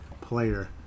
player